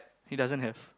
he doesn't have